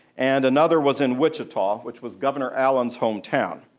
and another was in wichita, which was governor allen's hometown.